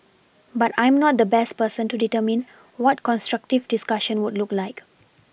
but I am not the best person to determine what constructive discussion would look like